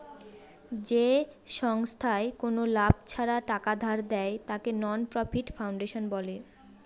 যে সংস্থায় কোনো লাভ ছাড়া টাকা ধার দেয়, তাকে নন প্রফিট ফাউন্ডেশন বলে